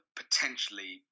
potentially